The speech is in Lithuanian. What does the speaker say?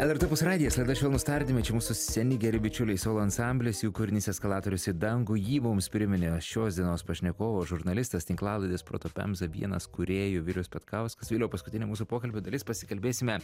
lrt opus radijas laida švelnūs tardymai čia mūsų seni geri bičiuliai solo ansamblis jų kūrinys eskalatorius į dangų jį mums priminė šios dienos pašnekovas žurnalistas tinklalaidės proto pemza vienas kūrėjų vilius petkauskas viliau paskutinė mūsų pokalbio dalis pasikalbėsime